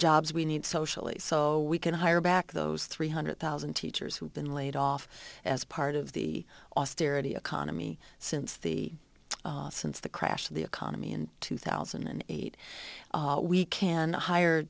jobs we need socially so we can hire back those three hundred thousand teachers who've been laid off as part of the austerity economy since the since the crash of the economy and two thousand and eight we can hire